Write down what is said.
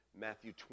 Matthew